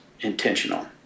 intentional